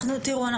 תראו,